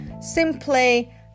simply